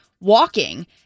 walking